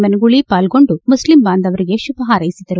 ಮನಗೂಳಿ ಪಾಲ್ಗೊಂಡು ಮುಸ್ಲಿಂ ಬಾಂಧವರಿಗೆ ಶುಭ ಹಾರ್ಕೆಸಿದರು